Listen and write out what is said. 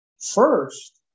first